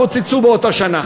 קוצצו באותה שנה.